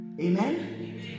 Amen